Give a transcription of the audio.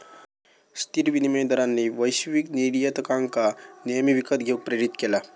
स्थिर विनिमय दरांनी वैश्विक निर्यातकांका नेहमी विकत घेऊक प्रेरीत केला